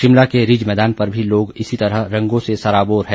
शिमला के रिज मैदान पर भी लोग इसी तरह रंगों से सराबोर है